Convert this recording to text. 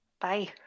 Bye